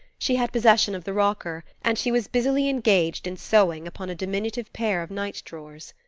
she had possession of the rocker, and she was busily engaged in sewing upon a diminutive pair of night-drawers.